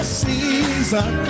season